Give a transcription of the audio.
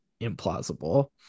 implausible